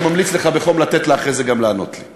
אני ממליץ לך בחום לתת לה אחרי זה גם לענות לי.